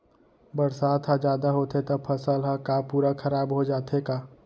बरसात ह जादा होथे त फसल ह का पूरा खराब हो जाथे का?